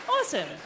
Awesome